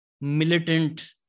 militant